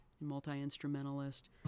Multi-instrumentalist